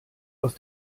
aus